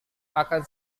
akan